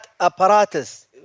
apparatus